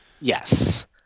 Yes